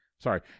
Sorry